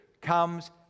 comes